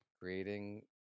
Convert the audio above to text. creating